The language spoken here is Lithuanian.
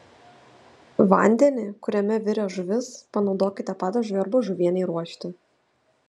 vandenį kuriame virė žuvis panaudokite padažui arba žuvienei ruošti